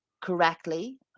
correctly